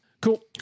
cool